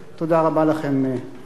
תודה רבה לכם, רבותי.